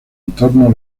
entorno